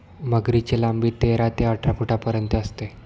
मगरीची लांबी तेरा ते अठरा फुटांपर्यंत असते